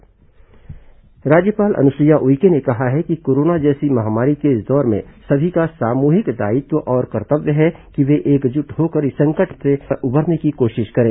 राज्यपाल वेबीनार राज्यपाल अनुसुईया उइके ने कहा है कि कोरोना जैसी महामारी के इस दौर में सभी का सामुहिक दायित्व और कर्तव्य है कि वे एकजुट होकर इस संकट से उबरने की कोशिश करें